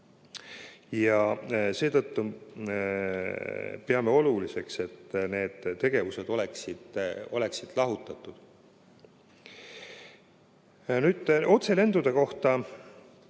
Seetõttu peame oluliseks, et need tegevused oleksid lahutatud. Nüüd otselendude kohta.